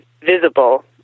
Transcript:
visible